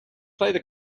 play